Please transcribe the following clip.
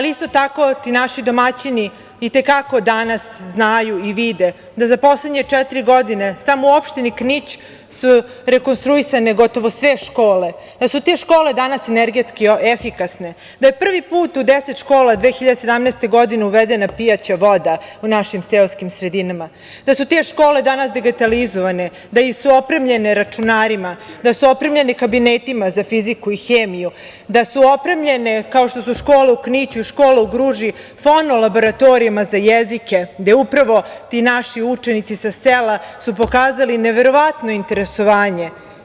Isto tako, ti naši domaćini i te kako danas znaju i vide da za poslednje četiri godine samo u opštini Knić su rekonstruisane gotovo sve škole, da su te škole danas energetski efikasne, da je prvi put u deset škola 2017. godine uvedena pijaća voda u našim seoskim sredinama, da su te škole danas digitalizovane, da su opremljene računarima, da su opremljene kabinetima za fiziku i hemiju, da su opremljene kao što su škole u Kniću i škole u Gruži fono laboratorijama za jezike, gde upravo ti naši učenici sa sela su pokazali neverovatno interesovanje.